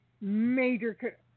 major